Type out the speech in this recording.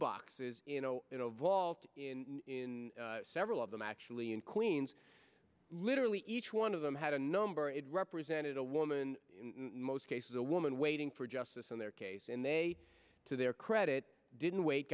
boxes you know you know vault in several of them actually in queens literally each one of them had a number it represented a woman in most cases a woman waiting for justice in their case and they to their credit didn't wait